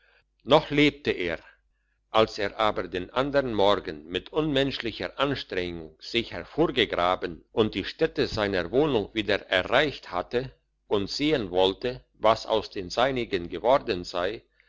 noch lebte er als er aber den andern morgen mit unmenschlicher anstrengung sich hervorgegraben und die stätte seiner wohnung wieder erreicht hatte und sehen wollte was aus den seinigen geworden sei